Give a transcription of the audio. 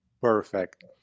Perfect